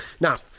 Now